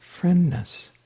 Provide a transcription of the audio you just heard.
friendness